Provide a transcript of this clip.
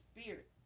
spirit